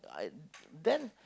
I then